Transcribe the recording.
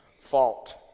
fault